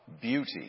Beauty